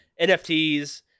NFTs